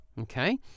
Okay